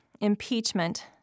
impeachment